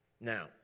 Now